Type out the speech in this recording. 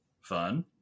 Fun